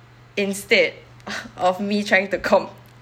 instead of me trying to com~